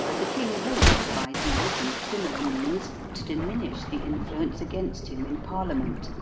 the king hoped, by these and similar means, to diminish the influence against him in parliament,